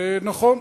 ונכון,